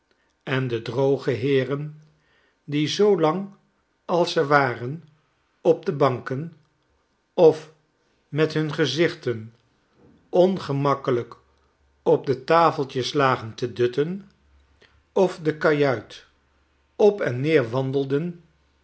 en de droge heeren die zoo lang als ze waren op de banken of met hun gezichten ongemakkelijk op de tafeltjes lagen te dutten of de kajuit open neer wandelden